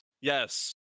Yes